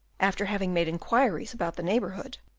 after having made inquiries about the neighbourhood,